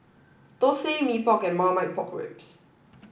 Thosai Mee Pok and Marmite Pork Ribs